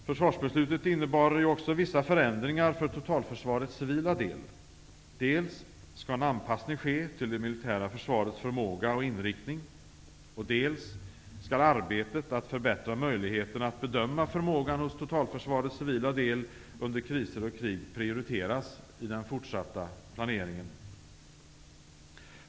Försvarsbeslutet innebar också vissa förändringar för totalförsvarets civila del. Dels skall en anpassning ske till det militära försvarets förmåga och inriktning, dels skall arbetet att förbättra möjligheterna att bedöma förmågan hos totalförsvarets civila del under kriser och krig prioriteras i den fortsatta planeringen.